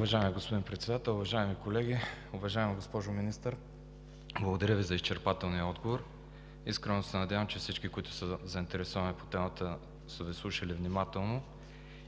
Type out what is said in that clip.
Уважаеми господин Председател, уважаеми колеги! Уважаема госпожо Министър, благодаря Ви за изчерпателния отговор. Искрено се надявам, че всички, които са заинтересовани, са Ви слушали внимателно